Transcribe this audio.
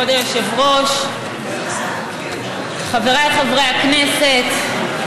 כבוד היושב-ראש, חבריי חברי הכנסת,